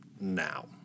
now